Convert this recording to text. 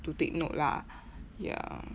to take note lah ya